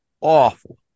awful